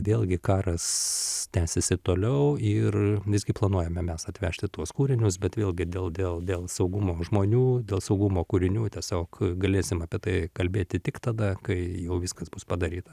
vėlgi karas tęsėsi toliau ir visgi planuojame mes atvežti tuos kūrinius bet vėlgi dėl dėl dėl saugumo žmonių dėl saugumo kūrinių tiesiog galėsim apie tai kalbėti tik tada kai jau viskas bus padaryta